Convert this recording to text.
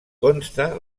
consta